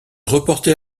reporter